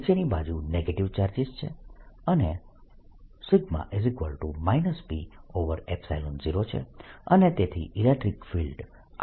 નીચેની બાજુ negative charges છે અને p0 છે અને તેથી ઇલેક્ટ્રીક ફિલ્ડ આ દિશામાં છે